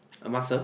a Muscle